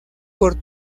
por